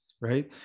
right